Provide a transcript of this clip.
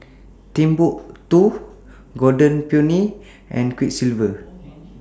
Timbuk two Golden Peony and Quiksilver